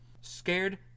Scared